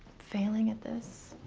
failing at this.